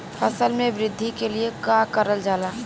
फसल मे वृद्धि के लिए का करल जाला?